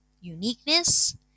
uniqueness